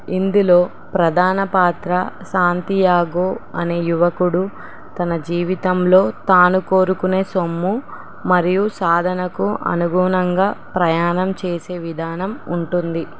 ఇందులో ప్రధాన పాత్ర శాంతి యాగో అనే యువకుడు తన జీవితంలో తాను కోరుకునే సొమ్ము మరియు సాధనకు అనుగుణంగా ప్రయాణం చేసే విధానం ఉంటుంది